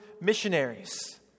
missionaries